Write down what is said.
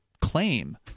claim